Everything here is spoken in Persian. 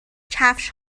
کفش